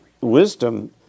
wisdom